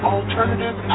Alternative